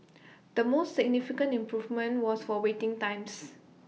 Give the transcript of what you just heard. the most significant improvement was for waiting times